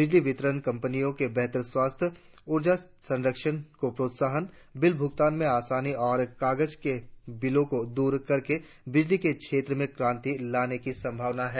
बिजली वितरण कम्पनियों के बेहतर सवास्थ्य ऊर्जा संरक्षण को प्रोत्साहन बिल भुगतान में आसानी और कागज के बिलों को दूर करके बिजली के क्षेत्र में क्रांति लाने की संभावना है